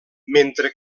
mentre